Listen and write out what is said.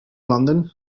london